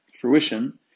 fruition